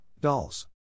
dolls